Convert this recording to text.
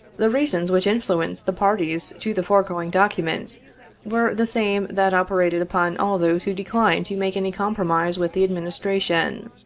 the reasons which influenced the parties to the foregoing document were the same that operated upon all those who declined to make any compromise with the admin istration.